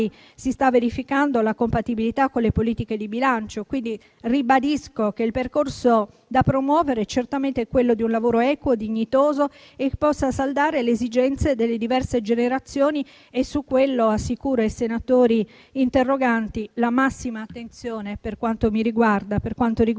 si sta verificando la compatibilità con le politiche di bilancio. Ribadisco pertanto che il percorso da promuovere è certamente quello di un lavoro equo, dignitoso e che possa saldare le esigenze delle diverse generazioni. Su questo assicuro i senatori interroganti la massima attenzione per quanto riguarda il Ministero